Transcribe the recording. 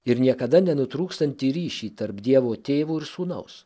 ir niekada nenutrūkstantį ryšį tarp dievo tėvo ir sūnaus